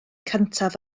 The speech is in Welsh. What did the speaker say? cyntaf